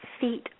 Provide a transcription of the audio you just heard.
feet